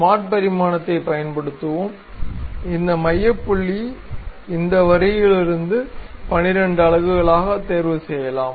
smart பரிமாணத்தைப் பயன்படுத்துவோம் இந்த மைய புள்ளியை இந்த வரியிலிருந்து 12 அலகுகளாக தேர்வு செய்யலாம்